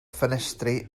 ffenestri